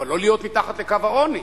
אבל לא להיות מתחת לקו העוני